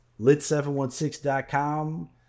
lit716.com